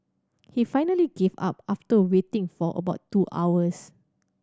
he finally gave up after waiting for about two hours